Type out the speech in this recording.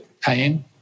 Pain